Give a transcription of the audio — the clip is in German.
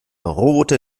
rote